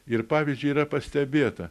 ir pavyzdžiui yra pastebėta